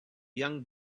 young